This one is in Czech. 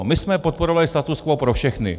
My jsme podporovali status quo pro všechny.